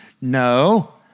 no